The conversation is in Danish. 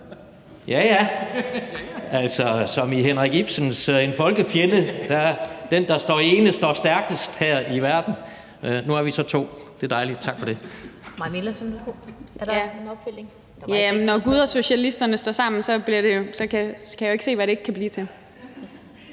Jaja. Altså, det er som i Henrik Ipsens »En folkefjende«: Den, der står ene, står stærkest her i verden. Nu er vi så to. Det er dejligt, tak for det.